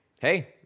hey